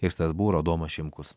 ir strasbūro adomas šimkus